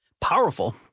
powerful